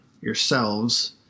yourselves